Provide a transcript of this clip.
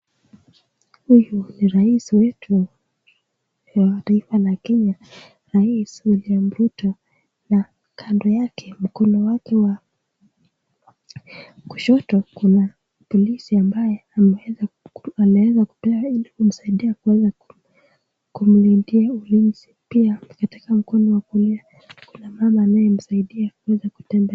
Huyu ni rais wetu, rais wa kenya, rais William Ruto na kando yake mkono wake wa kushoto, ameweza kukaa ili kuweza kumsaidia kumlindia ulinzi pia kwenye mono wa kulia kuna mama ambaye anamsaidia kutembea.